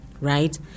right